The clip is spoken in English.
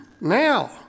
now